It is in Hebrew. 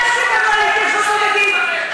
אל תטיף לנו על התיישבות בודדים,